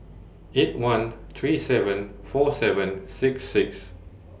eight one three seven four seven six six